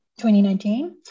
2019